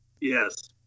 Yes